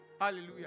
Hallelujah